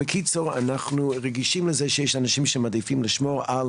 אנחנו רגישים לזה שיש אנשים שמעדיפים לשמור על